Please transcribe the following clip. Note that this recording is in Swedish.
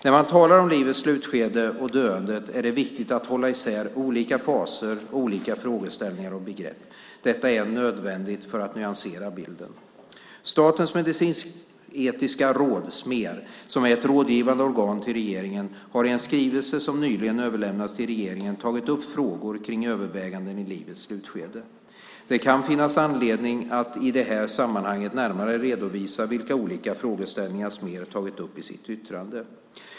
När man talar om livets slutskede och döendet är det viktigt att hålla isär olika faser och olika frågeställningar och begrepp. Detta är nödvändigt för att nyansera bilden. Statens medicinsk-etiska råd, Smer, som är ett rådgivande organ till regeringen, har i en skrivelse som nyligen överlämnats till regeringen tagit upp frågor kring överväganden i livets slutskede. Det kan finnas anledning att i det här sammanhanget närmare redovisa vilka olika frågeställningar som Smer tagit upp i sitt yttrande.